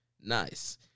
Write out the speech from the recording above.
Nice